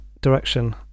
direction